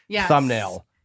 thumbnail